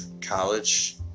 college